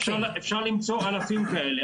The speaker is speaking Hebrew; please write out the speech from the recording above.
אפשר למצוא אלפים כאלה.